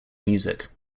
music